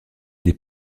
des